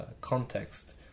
context